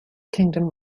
kingdom